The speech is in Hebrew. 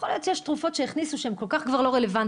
יכול להיות שיש תרופות שהכניסו שהן כבר כל כך לא רלוונטיות.